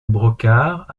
brocard